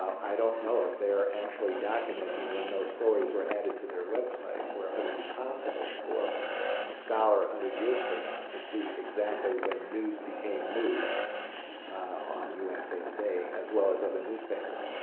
i don't know if they're actually documenting when those stories were added to their website, or if it'll be possible for a scholar one hundred years from now to see exactly when news became news on usa today, as well as of the newspapers.